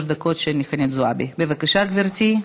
בבקשה, גברתי,